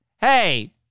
Hey